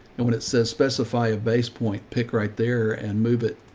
and when it says, specify a base point, pick right there and move it,